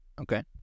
okay